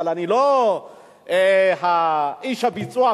אבל אני לא איש הביצוע,